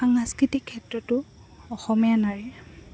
সাংস্কৃতিক ক্ষেত্ৰতো অসমীয়া নাৰীৰ